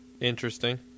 Interesting